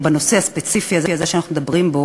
או בנושא הספציפי הזה שאנחנו מדברים בו,